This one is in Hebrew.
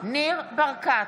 ניר ברקת,